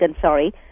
sorry